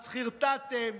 אז חרטטתם,